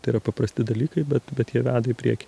tai yra paprasti dalykai bet bet jie veda į priekį